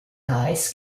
guys